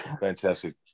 Fantastic